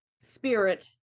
spirit